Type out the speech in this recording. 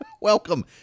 Welcome